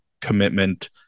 commitment